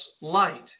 light